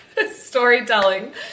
storytelling